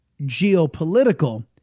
geopolitical